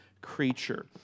creature